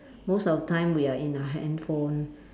most of the time we are in our handphone